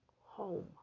home